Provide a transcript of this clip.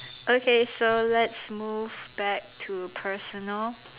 okay so let's move back to personal